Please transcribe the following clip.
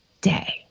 day